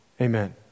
Amen